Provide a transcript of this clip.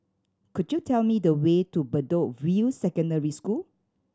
could you tell me the way to Bedok View Secondary School